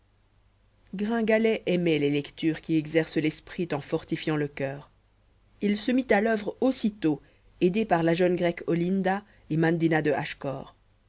gringalet aimait les lectures qui exercent l'esprit en fortifiant le coeur il se mit à l'oeuvre aussitôt aidé par la jeune grecque olinda et mandina de